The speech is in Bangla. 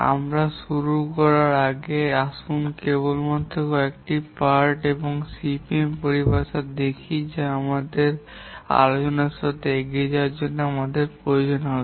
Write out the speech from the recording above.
আমরা শুরু করার আগে আসুন আমরা কেবলমাত্র কয়েকটি পার্ট সিপিএম পরিভাষা দেখি যা আমাদের আলোচনার সাথে এগিয়ে চলার জন্য আমাদের প্রয়োজন হবে